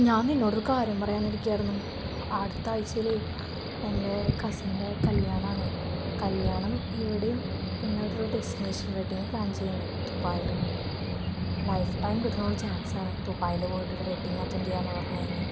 ഞാൻ നിന്നോടൊരു കാര്യം പറയാനിരിക്കുകയായിരുന്നു അടുത്തയാഴ്ച എൻ്റെ കസിൻ്റെ കല്യാണമാണ് കല്യാണം ഇവിടെയും പിന്നെയൊരു ഡെസ്റ്റിനേഷൻ വെഡ്ഡിങ്ങ് പ്ലാൻ ചെയ്യുന്നുണ്ട് ദുബായില് ലൈഫ് ടൈം കിട്ടുന്നൊരു ചാൻസാണ് ദുബായില് പോയിട്ടൊരു വെഡിങ് അറ്റൻഡ് ചെയ്യുകയെന്ന് പറഞ്ഞുകഴിഞ്ഞാല്